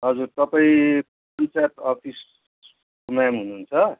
हजुर तपाईँ office ma'am हुनुहुन्छ